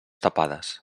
tapades